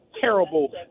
terrible